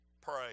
Pray